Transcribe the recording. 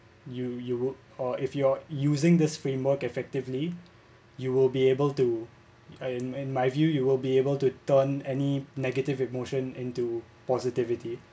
you you uh if you're using this framework effectively you will be able to um in my view you will be able to turn any negative emotion into positivity